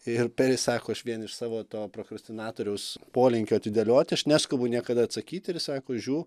ir peris sako aš vien iš savo to prokrastinatoriaus polinkio atidėliot aš neskubu niekada atsakyt ir jis sako žiū